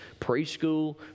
preschool